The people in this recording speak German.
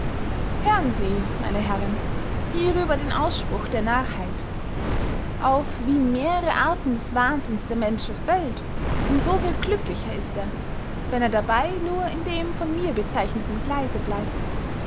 hören sie meine herren hierüber den ausspruch der narrheit auf wie mehrere arten des wahnsinns der mensch verfällt um so viel glücklicher ist er wenn er dabey nur in dem von mir bezeichneten gleise bleibt